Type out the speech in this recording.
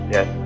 Yes